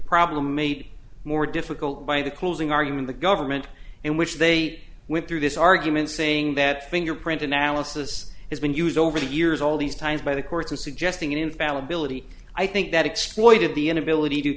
problem made more difficult by the closing argument the government in which they went through this argument saying that fingerprint analysis has been used over the years all these times by the courts of suggesting infallibility i think that exploited the inability to